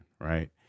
right